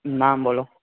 નામ બોલો